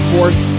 Force